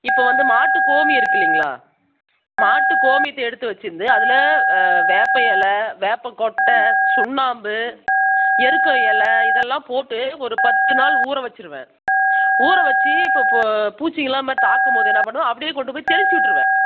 இப்போது வந்து மாட்டு கோமியம் இருக்குது இல்லைங்களா மாட்டு கோமியத்தை எடுத்து வைச்சிருந்து அதில் வேப்பம் எலை வேப்பங்கொட்டை சுண்ணாம்பு எருக்கம் எலை இதெல்லாம் போட்டு ஒரு பத்து நாள் ஊற வைச்சிருவேன் ஊற வைச்சி இப்பப்போ பூச்சி எல்லாமே தாக்கும்போது என்ன பண்ணுவேன் அப்படியே கொண்டு போய் தெளித்து விட்டுருவேன்